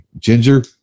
ginger